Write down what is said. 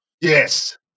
Yes